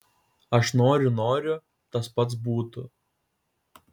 aš noriu noriu tas pats būtų